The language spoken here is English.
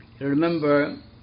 Remember